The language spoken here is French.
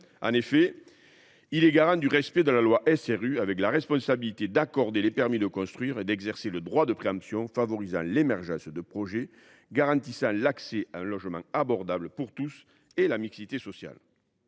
en effet le garant du respect de la loi SRU : il a la responsabilité d’accorder les permis de construire et exerce le droit de préemption qui favorise l’émergence de projets garantissant l’accès à un logement abordable pour tous ainsi que la mixité sociale.